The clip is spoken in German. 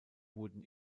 wurden